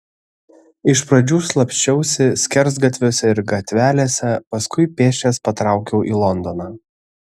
iš pradžių slapsčiausi skersgatviuose ir gatvelėse paskui pėsčias patraukiau į londoną